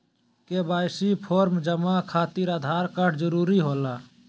KYC form जमा खातिर Aadhaar card जरूरी होला?